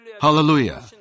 Hallelujah